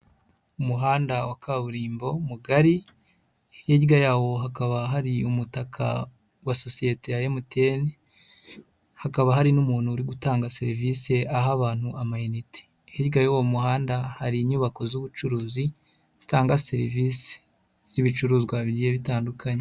Umuhanda wa kaburimbo mugari hirya yawo hakaba hari umutaka wa sosiyete ya MTN hakaba hari n'umuntu uri gutanga serivise aha abantu amayiniti, hirya y'uwo muhanda hari inyubako z'ubucuruzi zitanga serivise z'ibicuruzwa bigiye bitandukanye.